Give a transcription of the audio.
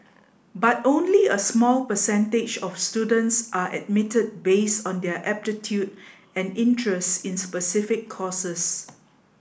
but only a small percentage of students are admitted based on their aptitude and interests in specific courses